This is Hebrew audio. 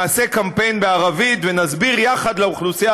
נעשה קמפיין בערבית ונסביר יחד לאוכלוסייה